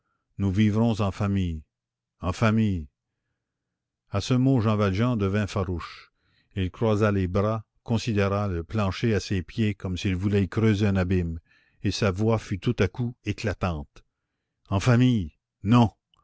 nous vivrons en famille en famille à ce mot jean valjean devint farouche il croisa les bras considéra le plancher à ses pieds comme s'il voulait y creuser un abîme et sa voix fut tout à coup éclatante en famille non